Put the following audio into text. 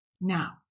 Now